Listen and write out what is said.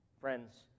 Friends